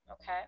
Okay